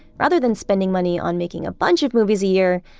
rather than spending money on making a bunch of movies a year,